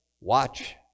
watch